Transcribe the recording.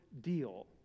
deal